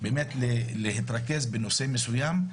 להתרכז בנושא מסוים,